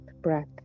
breath